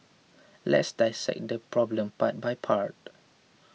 let's dissect this problem part by part